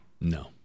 No